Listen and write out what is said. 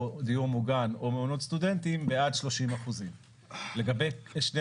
או דיור מוגן או מעונות סטודנטים בעד 30%. לגבי שתי